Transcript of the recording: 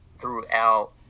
throughout